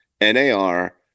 nar